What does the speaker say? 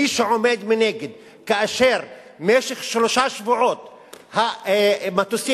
מי שעומד מנגד כאשר במשך שלושה שבועות המטוסים